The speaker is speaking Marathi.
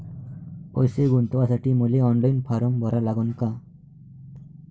पैसे गुंतवासाठी मले ऑनलाईन फारम भरा लागन का?